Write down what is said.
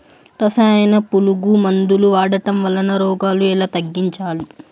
రసాయన పులుగు మందులు వాడడం వలన రోగాలు ఎలా తగ్గించాలి?